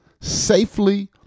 safely